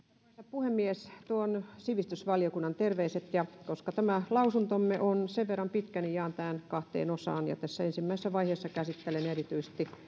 puhemies tuon sivistysvaliokunnan terveiset ja koska tämä lausuntomme on sen verran pitkä niin jaan tämän kahteen osaan ja tässä ensimmäisessä vaiheessa käsittelen erityisesti